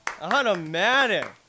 Automatic